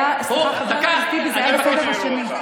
סליחה, חבר הכנסת טיבי, זה היה בסבב השני.